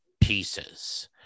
pieces